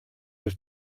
have